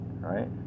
Right